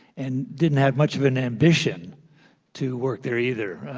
and didn't have much of an ambition to work there either.